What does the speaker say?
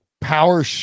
power